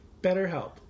BetterHelp